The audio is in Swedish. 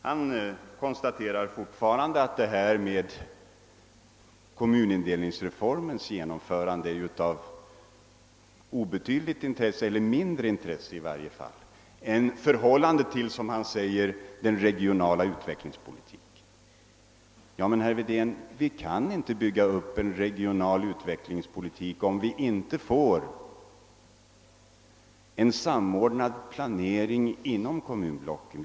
Han konstaterar fortfarande att detta med kommunindelningsreformens genomförande är av obetydligt intresse, eller i varje fall av mindre intresse än förhållandet till, som han säger, der regionala utvecklingspolitiken. Men, herr Wedén, vi kan inte bygga upp en regional utvecklingspolitik om vi inte får en samordnad planering inom kommunblocken.